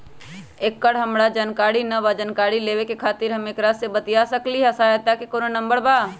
एकर हमरा जानकारी न बा जानकारी लेवे के खातिर हम केकरा से बातिया सकली ह सहायता के कोनो नंबर बा?